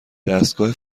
دستگاه